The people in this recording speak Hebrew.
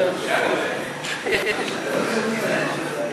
שלוש דקות.